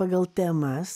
pagal temas